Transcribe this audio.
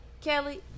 Kelly